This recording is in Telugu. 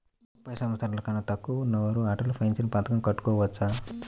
ముప్పై సంవత్సరాలకన్నా తక్కువ ఉన్నవారు అటల్ పెన్షన్ పథకం కట్టుకోవచ్చా?